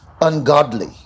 ungodly